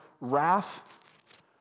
wrath